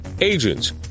agents